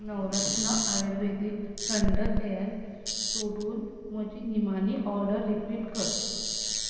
नवरत्न आयुर्वेदीक थंड तेल सोडून म्हजी निमाणी ऑर्डर रिपीट कर